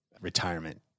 retirement